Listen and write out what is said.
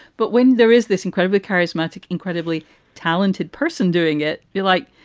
but when there is this incredibly charismatic, incredibly talented person doing it, yeah like,